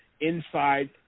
inside